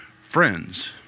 Friends